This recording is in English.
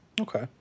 Okay